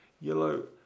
yellow